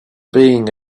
being